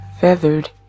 feathered